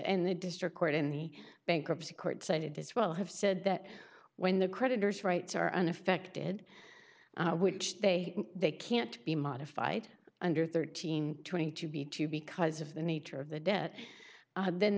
and the district court in the bankruptcy court cited as well have said that when the creditors rights are unaffected which they they can't be modified under thirteen twenty two b two because of the nature of the debt then the